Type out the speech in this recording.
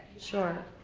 sure.